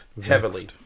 heavily